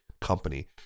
company